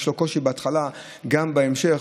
יש לו קושי בהתחלה, גם בהמשך.